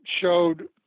showed